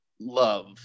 love